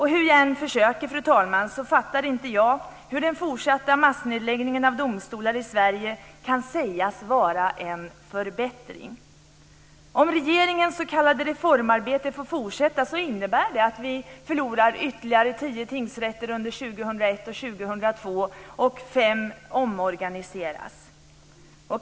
Hur jag än försöker, fru talman, fattar jag inte hur den fortsatta massnedläggningen av domstolar i Sverige kan sägas vara en förbättring. Om regeringens s.k. reformarbete får fortsätta så innebär det att vi förlorar ytterligare tio tingsrätter under 2001 och 2002 och att fem ska omorganiseras.